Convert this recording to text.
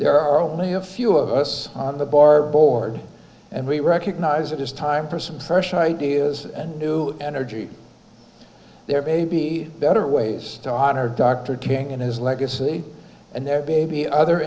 there are only a few of us on the bar board and we recognize it is time for some fresh ideas and new energy there may be better ways to honor dr king and his legacy and their baby other